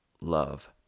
Love